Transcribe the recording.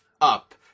up